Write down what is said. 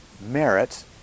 merit